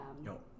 No